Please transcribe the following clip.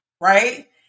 right